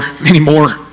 anymore